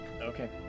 Okay